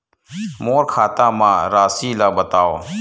मोर खाता म राशि ल बताओ?